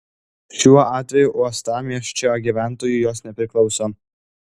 šiuo atveju uostamiesčio gyventojui jos nepriklauso